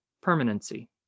permanency